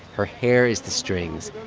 her hair is the strings.